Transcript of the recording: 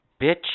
Bitch